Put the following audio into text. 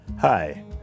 Hi